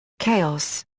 chaos.